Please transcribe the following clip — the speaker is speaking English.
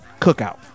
cookout